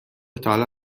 تاحالا